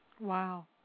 Wow